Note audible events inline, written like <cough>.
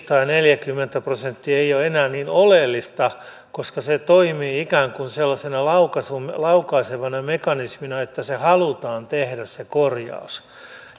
<unintelligible> tai neljäkymmentä prosenttia se ei ole enää niin oleellista koska se toimii ikään kuin sellaisena laukaisevana laukaisevana mekanismina että halutaan tehdä se korjaus